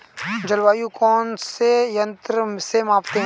जलवायु को कौन से यंत्र से मापते हैं?